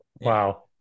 Wow